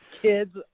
Kids